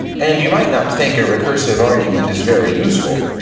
and you might not think a recursive argument is very useful,